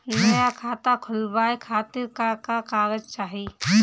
नया खाता खुलवाए खातिर का का कागज चाहीं?